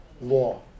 law